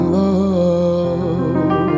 love